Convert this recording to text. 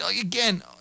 again